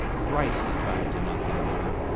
thrice he tried to knock him over,